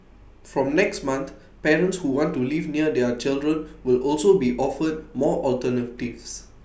from next month parents who want to live near their children will also be offered more alternatives